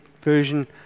Version